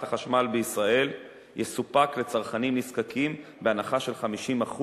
החשמל בישראל יסופק לצרכנים נזקקים בהנחה של 50%,